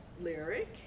lyric